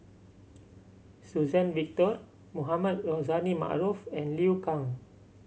Suzann Victor Mohamed Rozani Maarof and Liu Kang